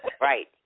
Right